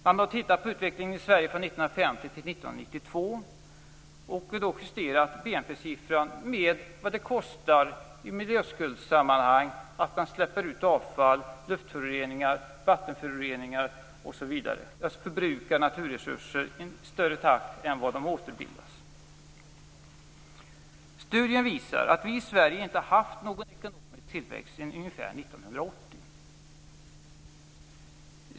Man har tittat på utvecklingen i Sverige från 1950 till 1992 och då justerat BNP-siffran med vad det kostar i form av miljöskuld att man släpper ut avfall, luftföroreningar och vattenföroreningar, dvs. att man förbrukar naturresurser i högre takt än vad de återvinns. Studien visar att vi i Sverige inte har haft någon ekonomisk tillväxt sedan ungefär 1980.